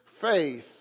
faith